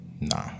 nah